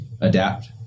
adapt